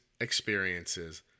experiences